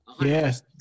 Yes